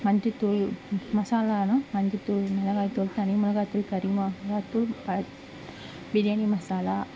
மஞ்சத்தூள் மசாலானா மஞ்சள்தூள் மிளகாய்தூள் தனி மிளகாய்தூள் கறி மசாலா தூள் பிரியாணி மசாலா